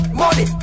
money